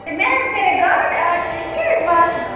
تہٕ مےٚ حظ کَرے گاڈٕ آرڈَر یِم کیٛازِ واژٕ نہٕ